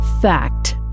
Fact